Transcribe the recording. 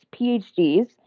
PhDs